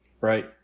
Right